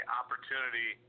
opportunity